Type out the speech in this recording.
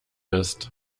ist